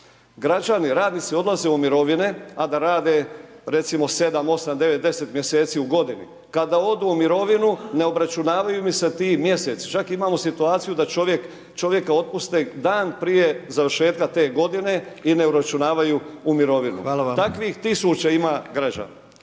građeni, radnici odlaze u mirovine a da rade 7,8,9,10 mjeseci u godini, kada odu u mirovinu ne obračunavaju im se ti mjeseci čak imamo situaciju da čovjek, čovjeka otpuste dan prije završetka te godine i ne uračunavaju u mirovinu …/Upadica: Hvala